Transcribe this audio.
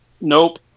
Nope